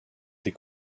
des